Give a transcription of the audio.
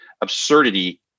absurdity